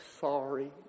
sorry